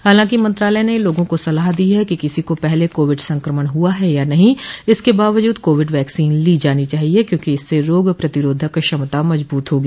हालांकि मंत्रालय ने लोगों को सलाह दी है कि किसी को पहले कोविड संक्रमण हुआ है या नहीं इसके बावजूद कोविड वैक्सीन ली जानी चाहिए क्योंकि इससे रोग प्रतिरोधक क्षमता मजबूत होगी